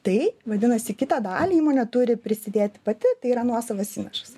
tai vadinasi kitą dalį įmonė turi prisidėti pati tai yra nuosavas įnašas